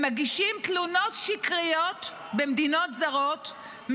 הם מגישים תלונות שקריות במדינות זרות,